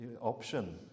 option